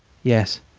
yes,